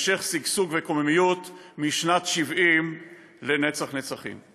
המשך שגשוג וקוממיות משנת 70 לנצח נצחים.